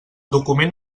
document